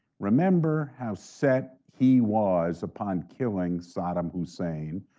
remember how set he was upon killing saddam hussein,